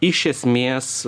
iš esmės